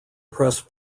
press